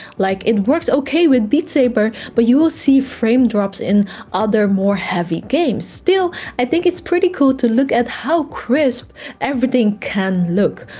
like this works ok with beat saber, but you'll see frame drops in other more heavy games. still, i think it's pretty cool to look at how crisp everything can look.